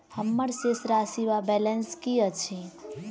हम्मर शेष राशि वा बैलेंस की अछि?